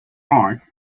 lie